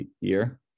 year